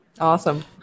Awesome